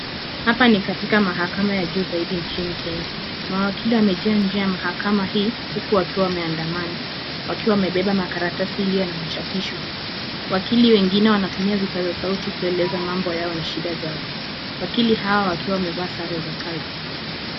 Hapa ni katika mahakama ya juu zaidi nchini Kenya. Mawakili wamejaa nje ya mahakama hii wakiwa wameandamana wakiwa wamebeba makaratasi iliyo na machapisho. Wakili wengine wanatumia vipaza sauti kueleza mambo yao na shida zao. Wakili hawa wakiwa wamevaa sare za kazi.